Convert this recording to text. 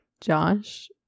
Josh